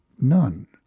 none